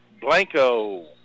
Blanco